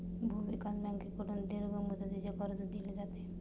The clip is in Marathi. भूविकास बँकेकडून दीर्घ मुदतीचे कर्ज दिले जाते